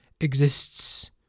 exists